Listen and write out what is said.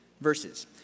Verses